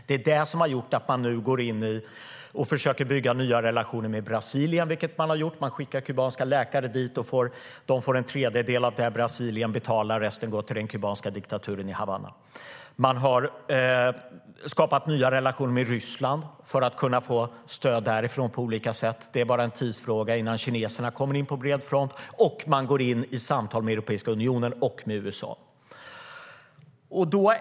Detta har gjort att man nu försöker bygga nya relationer med Brasilien, vilket man har gjort genom att skicka dit kubanska läkare. Dessa får en tredjedel av vad Brasilien betalar, och resten går till den kubanska diktaturen i Havanna. Man har skapat nya relationer med Ryssland för att kunna få stöd därifrån på olika sätt. Det är bara en tidsfråga innan kineserna kommer in på bred front. Man har också inlett samtal med Europeiska unionen och med USA.